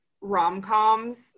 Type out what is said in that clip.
rom-coms